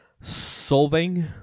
Solving